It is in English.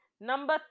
Number